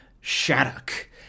Shattuck